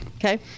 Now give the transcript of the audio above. Okay